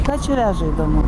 ką čia veža įdomu